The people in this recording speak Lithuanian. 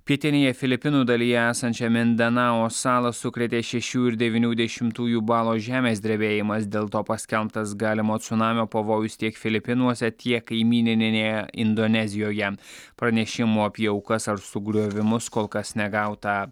pietinėje filipinų dalyje esančią mindanao salą sukrėtė šešių ir devynių dešimtųjų balo žemės drebėjimas dėl to paskelbtas galimo cunamio pavojus tiek filipinuose tiek kaimyninėnėje indonezijoje pranešimų apie aukas ar sugriovimus kol kas negauta